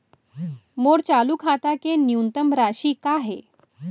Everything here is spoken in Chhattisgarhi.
मोर चालू खाता के न्यूनतम राशि का हे?